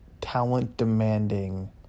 talent-demanding